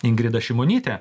ingridą šimonytę